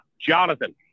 Jonathan